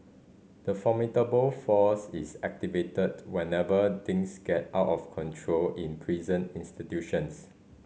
the formidable force is activated whenever things get out of control in prison institutions